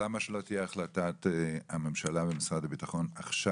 למה שלא תהיה החלטת ממשלה ומשרד הביטחון עכשיו,